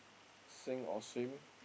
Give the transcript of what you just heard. Sink or Swim